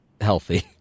healthy